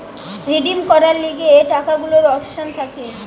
redeem করার লিগে টাকা গুলার অপশন থাকে